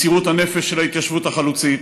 מסירות הנפש של ההתיישבות החלוצית,